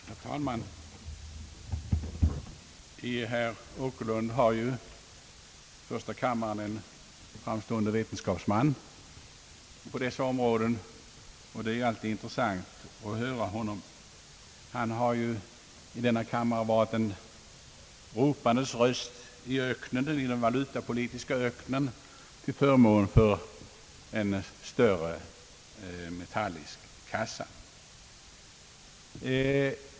Herr talman! I herr Åkerlund har ju första kammaren en framstående vetenskapsman på dessa områden, och det är alltid intressant att höra honom. Han har i denna kammare varit en ropandes röst i den valutapolitiska öknen till förmån för en större metallisk kassa. Företrädare för samma linje finns i andra länder.